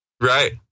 Right